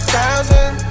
thousand